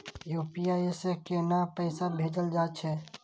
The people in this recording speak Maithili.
यू.पी.आई से केना पैसा भेजल जा छे?